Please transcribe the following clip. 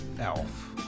Elf